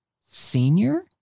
senior